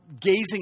gazing